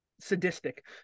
sadistic